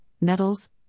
metals